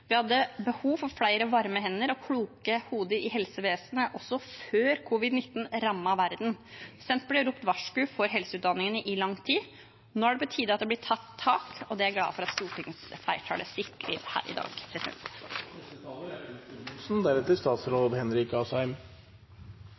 Vi hadde behov for flere varme hender og kloke hoder i helsevesenet også før covid-19 rammet verden. Senterpartiet har ropt varsku om helseutdanningene i lang tid. Nå er det på tide at det blir tatt tak, og det er jeg glad for at stortingsflertallet sikrer her i dag. Jeg vil også starte med å rette oppmerksomheten mot forslag nr. 15. Det er